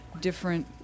different